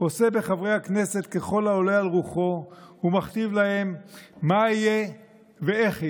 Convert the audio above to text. עושה בחברי הכנסת ככל העולה על רוחו ומכתיב להם מה יהיה ואיך יהיה,